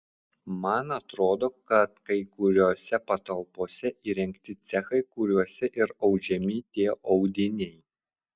man atrodo kad kai kuriose patalpose įrengti cechai kuriuose ir audžiami tie audiniai